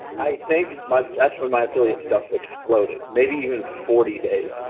i think but that's when my affiliate stuff exploded. maybe even forty days.